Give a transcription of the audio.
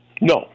No